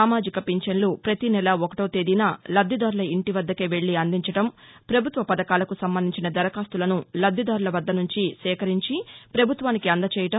సామాజిక ఫించన్లు ప్రతినెల ఒకటో తేదీన లబ్లిదారుల ఇంటివద్గకే వెల్లి అందించడం ప్రభుత్వ పథకాలకు సంబంధించిన దరఖాస్తులను లబ్దిదారుల వద్ద నుంచి సేకరించి పభుత్వానికి అందజేయడం